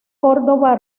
córdoba